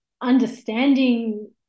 understanding